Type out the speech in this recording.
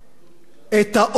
את האופציה.